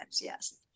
Yes